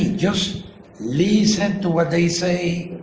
just listen to what they say.